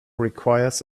requires